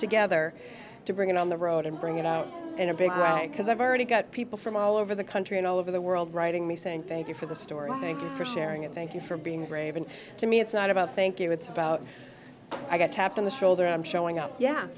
together to bring it on the road and bring it out in a big because i've already got people from all over the country and all over the world writing me saying thank you for the story thank you for sharing it thank you for being brave and to me it's not about thank you it's about i got tapped on the shoulder i'm showing up yeah